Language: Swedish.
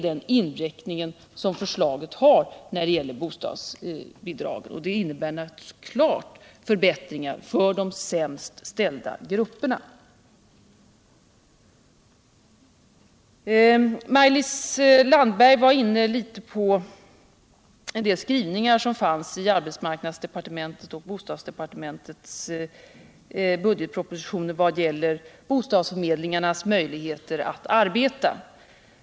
Den inriktning som vårt förslag har i fråga om bostadsbidragen innebär naturligtvis klara förbättringar för de sämst ställda grupperna. Maj-Lis Landberg kommenterade en del skrivningar i arbetsmarknadsdepartementets och bostadsdepartementets förslag vad gäller bostadsförmedlingarnas möjligheter att arbeta.